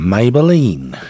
Maybelline